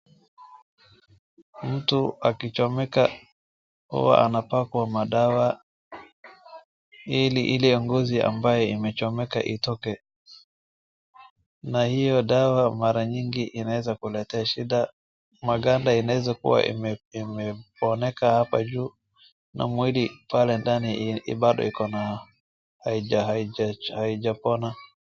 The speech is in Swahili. Mtu akichomeka huwa anapakwa madawa ili ile ngozi ambayo imechomeka itoke. Na hiyo dawa mara mingi inaweza kukuletea shinda, maganda inaweza kuwa imeponaka hapa juu na mwili pale ndani bado haijapona.